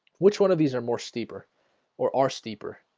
which one of these are more steeper or are steeper?